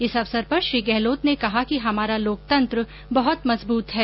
इस अवसर पर श्री गहलोत ने कहा कि हमारा लोकतंत्र बहुत मजबूत है